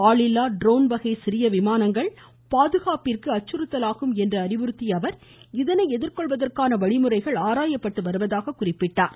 ஆளில்லா ட்ரோன் வகை சிறிய விமானங்கள் பாதுகாப்பிற்கு அச்சுறுத்தலாகும் என்று அறிவுறுத்திய அவர் இதனை எதிர்கொள்வதற்கான வழிமுறைகள் ஆராயப்பட்டு வருவதாக குறிப்பிட்டார்